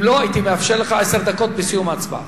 אם לא, הייתי מאפשר לך עשר דקות בסיום ההצבעה.